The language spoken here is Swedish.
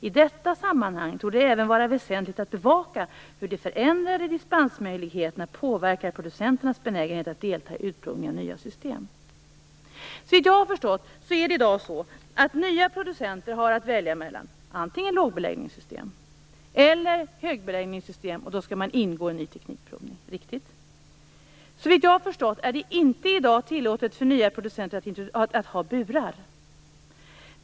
I detta sammanhang torde det även vara väsentligt att bevaka hur de förändrade dispensmöjligheterna påverkar producenternas benägenhet att delta i utprovning av nya system." Såvitt jag har förstått, är det i dag så att nya producenter har att välja mellan lågbeläggningssystem och högbeläggningssystem och att de då måste ingå i ny teknikprovning. Är det riktigt? Såvitt jag har förstått, är det i dag inte tillåtet för nya producenter att ha burar.